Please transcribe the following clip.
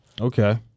Okay